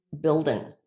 building